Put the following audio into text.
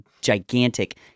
gigantic